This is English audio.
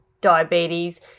diabetes